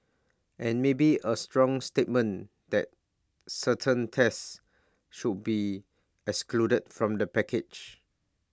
and maybe A strong statement that certain tests should be excluded from the package